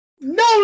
No